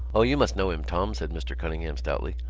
o, you must know him, tom, said mr. cunningham stoutly.